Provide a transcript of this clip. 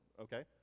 okay